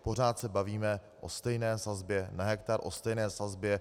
Pořád se bavíme o stejné sazbě na hektar, o stejné sazbě.